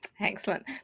Excellent